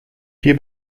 vier